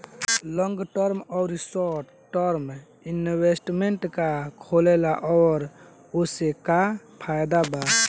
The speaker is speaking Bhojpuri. लॉन्ग टर्म आउर शॉर्ट टर्म इन्वेस्टमेंट का होखेला और ओसे का फायदा बा?